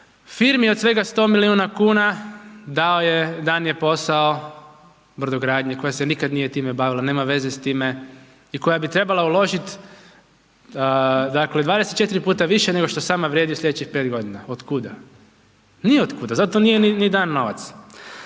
Firmi od svega 100 milijuna kuna dan je posao brodogradnje koja se nikada nije time bavila, nema veze s time, i koja bi trebala uložiti, dakle 24 puta više nego što sama vrijedi u sljedećih 5 godina. Od kuda? Niotkuda, zato nije ni dan novac.